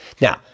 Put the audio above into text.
Now